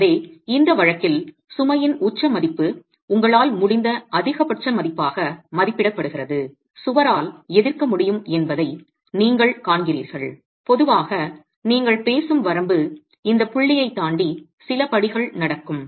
எனவே இந்த வழக்கில் சுமையின் உச்ச மதிப்பு உங்களால் முடிந்த அதிகபட்ச மதிப்பாக மதிப்பிடப்படுகிறது சுவரால் எதிர்க்க முடியும் என்பதை நீங்கள் காண்கிறீர்கள் பொதுவாக நீங்கள் பேசும் வரம்பு இந்த புள்ளியைத் தாண்டி சில படிகள் நடக்கும்